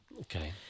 okay